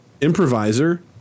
improviser